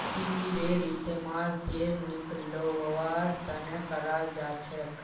तिलेर इस्तेमाल तेल निकलौव्वार तने कराल जाछेक